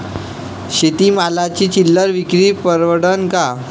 शेती मालाची चिल्लर विक्री परवडन का?